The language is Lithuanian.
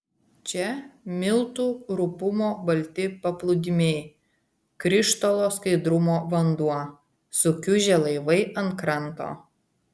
čia miltų rupumo balti paplūdimiai krištolo skaidrumo vanduo sukiužę laivai ant kranto